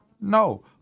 No